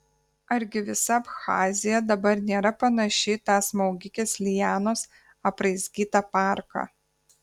argi visa abchazija dabar nėra panaši į tą smaugikės lianos apraizgytą parką